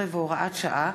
13 והוראת שעה),